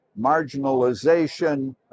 marginalization